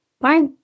bye